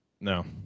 no